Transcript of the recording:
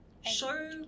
show